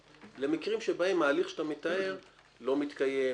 ממקרים שבהם ההליך שאתה מתאר לא מתקיים,